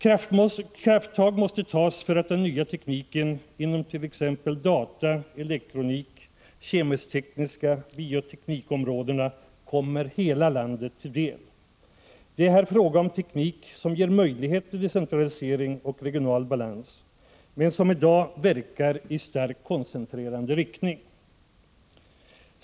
Krafttag måste tas för att den ”nya” tekniken inom t.ex. data-elektronik, de kemisk-tekniska områdena och bioteknikområdena kommer hela landet till del. Det är här fråga om teknik som ger möjlighet till decentralisering och regional balans men som i dag verkar i starkt koncentrerande riktning.